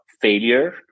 failure